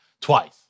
twice